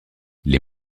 les